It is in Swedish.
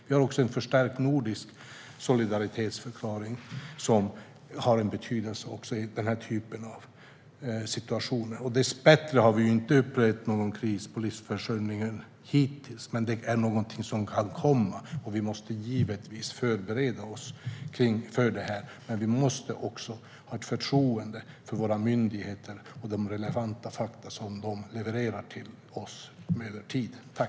Vi har också en förstärkt nordisk solidaritetsförklaring som har en betydelse i denna typ av situationer. Dessbättre har vi hittills inte upplevt någon kris i fråga om livsmedelsförsörjningen. Men det är någonting som kan komma, och vi måste givetvis förbereda oss för detta. Men vi måste också ha ett förtroende för våra myndigheter och de relevanta fakta som de levererar till oss över tid.